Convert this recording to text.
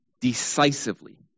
decisively